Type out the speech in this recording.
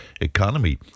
economy